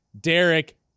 Derek